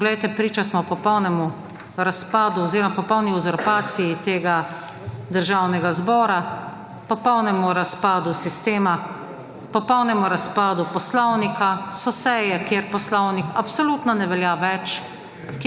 Poglejte, priča smo popolnemu razpadu oziroma popolni uzurpaciji tega Državnega zbora, popolnemu razpadu sistema, popolnemu razpadu poslovnika. So seje, kjer poslovnik absolutno ne velja več,